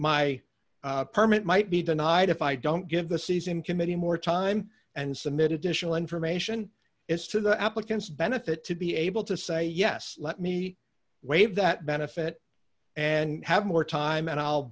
my permit might be denied if i don't give the season committee more time and submitted initial information as to the applicants benefit to be able to say yes let me waive that benefit and have more time a